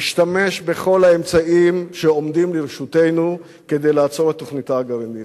נשתמש בכל האמצעים שעומדים לרשותנו כדי לעצור את תוכניתה הגרעינית,